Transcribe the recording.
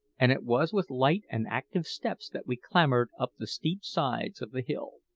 and it was with light and active steps that we clambered up the steep sides of the hill.